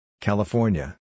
California